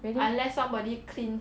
maybe